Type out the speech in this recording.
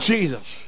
Jesus